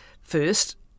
first